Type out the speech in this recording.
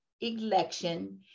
election